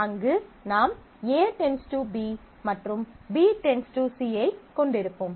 அங்கு நாம் A → B மற்றும் B → C ஐக் கொண்டிருப்போம்